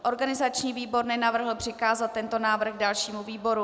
Organizační výbor nenavrhl přikázat tento návrh dalšímu výboru.